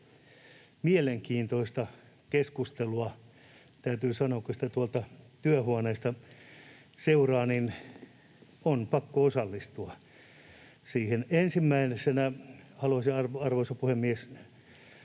Mielenkiintoista keskustelua, täytyy sanoa. Kun sitä tuolta työhuoneesta seuraa, niin on pakko osallistua siihen. Ensimmäiseksi, arvoisa puhemies,